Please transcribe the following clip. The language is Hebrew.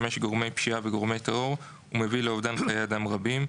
המשמש גורמי פשיעה וגורמי טרור ומביא לאובדן חיי אדם רבים.